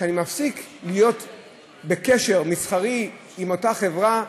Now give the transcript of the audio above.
כשאני מפסיק להיות בקשר מסחרי עם אותה חברה,